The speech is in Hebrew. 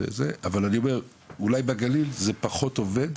אבל אני אומר אולי בגליל זה פחות עובד,